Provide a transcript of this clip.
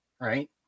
right